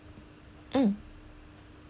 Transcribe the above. mm